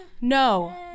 No